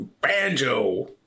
Banjo